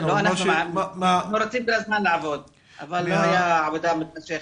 אנחנו רוצים כל הזמן לעבוד אבל לא הייתה עבודה מתמשכת.